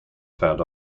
found